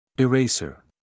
Eraser